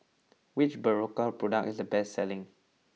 which Berocca product is the best selling